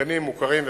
מעודכנים ומוכרים,